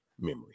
memory